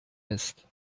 ist